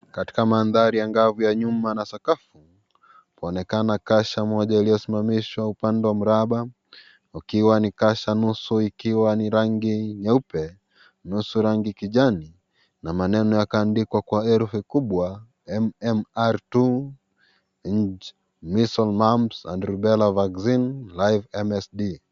Katika mandhari angavu ya nyuma na sakafu, paonekana kasha moja iliyosimamishwa upande wa mraba ukiwa ni kasha nusu ikiwa ni rangi nyeupe, nusu rangi kijani na maneno yakaandikwa kwa herufi kubwa MMR II inj, Measles, mumps and rubella virus vaccine, live MSD .